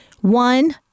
One